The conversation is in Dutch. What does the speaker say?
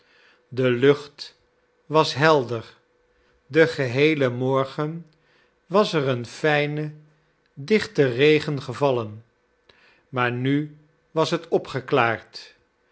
de lucht was helder den geheelen morgen was er een fijne dichte regen gevallen maar nu was het opgeklaard